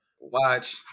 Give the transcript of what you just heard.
Watch